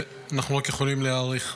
ואנחנו רק יכולים להעריך.